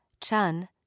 Chun